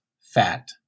fat